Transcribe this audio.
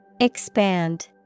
Expand